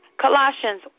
Colossians